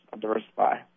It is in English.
diversify